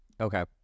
Okay